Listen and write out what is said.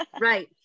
Right